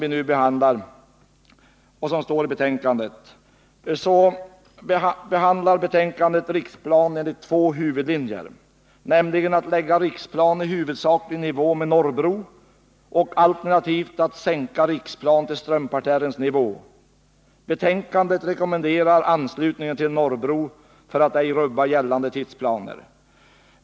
I betänkandet behandlas Riksplan enligt två huvudlinjer, nämligen att lägga Riksplan huvudsakligen i nivå med Norrbro eller att alternativt sänka Riksplan till Strömparterrens nivå. Betänkandet rekommenerar anslutningen till Norrbro för att ej rubba gällande tidsplaner.